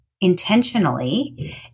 intentionally